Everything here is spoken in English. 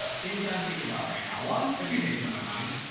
ah things i'm thinking about right now, one of two things on my mind,